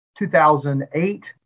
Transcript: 2008